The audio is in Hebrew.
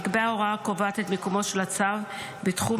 נקבעה הוראה הקובעת את מיקומו של הצו בתחום